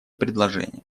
предложения